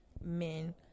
men